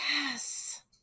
yes